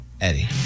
Eddie